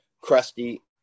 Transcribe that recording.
crusty